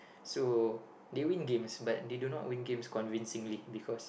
so they win games but they do not win games convincingly because